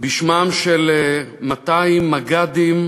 בשמם של 200 מג"דים,